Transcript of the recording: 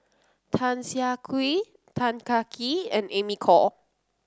Tan Siah Kwee Tan Kah Kee and Amy Khor